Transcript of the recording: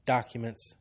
documents